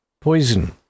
poison